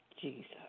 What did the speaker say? Jesus